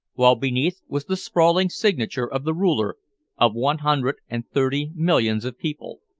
while beneath was the sprawling signature of the ruler of one hundred and thirty millions of people,